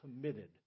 committed